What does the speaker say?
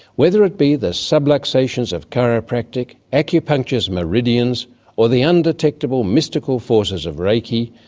whether it be the subluxations of chiropractic, acupuncture's meridians or the undetectable mystical forces of reiki,